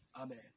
Amen